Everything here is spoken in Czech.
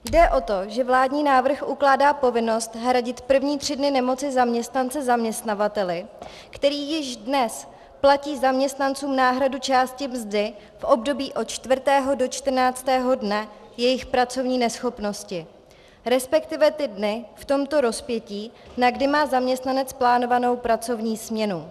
Jde o to, že vládní návrh ukládá povinnost hradit první tři dny nemoci zaměstnance zaměstnavateli, který již dnes platí zaměstnancům náhradu části mzdy v období od čtvrtého do čtrnáctého dne jejich pracovní neschopnosti, resp. ty dny v tomto rozpětí, na kdy má zaměstnanec plánovanou pracovní směnu.